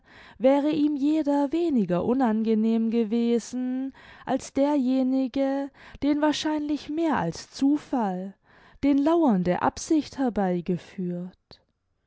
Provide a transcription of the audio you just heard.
wäre ihm jeder weniger unangenehm gewesen als derjenige den wahrscheinlich mehr als zufall den lauernde absicht herbeigeführt